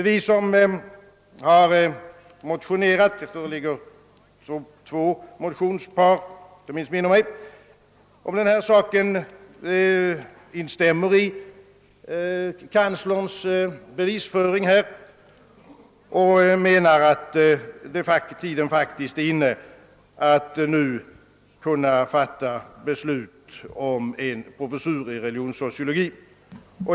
Vi som har motionerat om denna sak — det föreligger tre motionspar, om jag inte missminner mig — instämmer i kanslerns bevisföring och menar att tiden faktiskt är inne att nu kunna fatta beslut om en professur i religionssociologi.